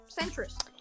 centrist